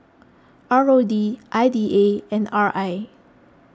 R O D I D A and R I